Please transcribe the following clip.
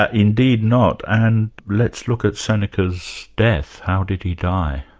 ah indeed not. and let's look at seneca's death how did he die?